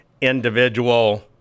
individual